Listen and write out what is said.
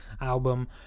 album